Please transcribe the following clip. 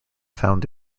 found